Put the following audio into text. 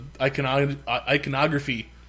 iconography